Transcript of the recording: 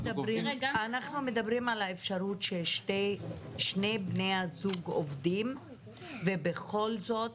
עובדים --- אנחנו מדברים על האפשרות ששני בני הזוג עובדים ובכל זאת